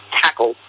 tackle